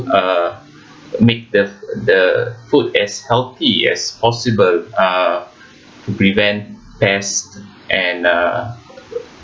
uh make the the food as healthy as possible uh prevent pests and uh